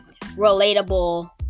relatable